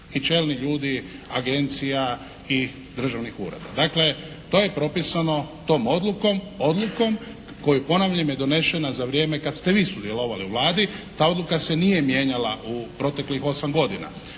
i čelni ljudi agencija i državnih ureda. Dakle, to je propisano tom odlukom, koju ponavljam je donesena za vrijeme kada ste vi sudjelovali u Vladi. Ta odluka se nije mijenjala u proteklih osam godina.